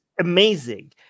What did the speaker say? amazing